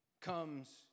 comes